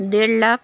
ڈیرھ lakh